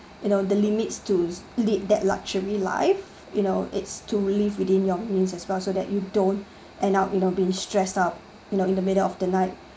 you know the limits to lead that luxury life you know it's to live within your means as well so that you don't end up you know being stressed out you know in the middle of the night